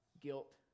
guilt